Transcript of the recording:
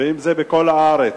ואם זה בכל הארץ.